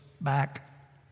back